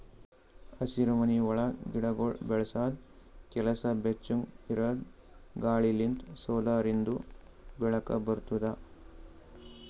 ಹಸಿರುಮನಿ ಒಳಗ್ ಗಿಡಗೊಳ್ ಬೆಳಸದ್ ಕೆಲಸ ಬೆಚ್ಚುಗ್ ಇರದ್ ಗಾಳಿ ಲಿಂತ್ ಸೋಲಾರಿಂದು ಬೆಳಕ ಬರ್ತುದ